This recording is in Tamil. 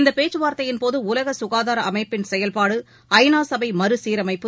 இந்த பேச்சுவார்த்தையின்போது உலக சுகாதார அமைப்பின் செயல்பாடு ஐ நா சபை மறுசீரமைப்பு